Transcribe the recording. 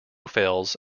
fails